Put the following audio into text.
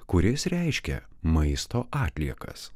kuris reiškia maisto atliekas